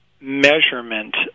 measurement